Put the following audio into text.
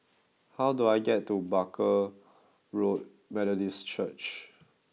how do I get to Barker Road Methodist Church